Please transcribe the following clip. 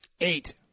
eight